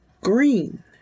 green